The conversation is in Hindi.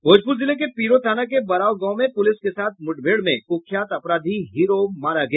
भोजपुर जिले के पीरो थाना के बराव गांव में पुलिस के साथ मुठभेड़ में कुख्यात अपराधी हीरो मारा गया